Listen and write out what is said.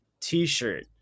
t-shirt